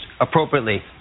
appropriately